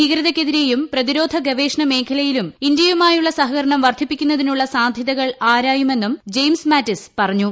ഭീകരതയ്ക്കെതിരെയും പ്രതിരോധ ഗവേഷണ മേഖലയിലും ഇന്ത്യയുമായുള്ള സഹകരണം വർദ്ധിപ്പിക്കുന്നതിനുള്ള സാധ്യതകൾ ആരായുമെന്നും ജെയിംസ് മാറ്റിസ് പറഞ്ഞു